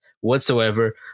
whatsoever